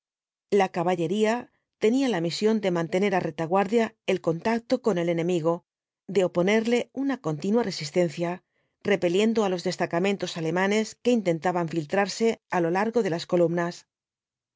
la caballería tenía la misión de mantener á retaguardia el contacto con el enemigo de oponerle una continua resistencia repeliendo á los destacamentos alemanes que intentaban filtrarse á lo largo de las columnas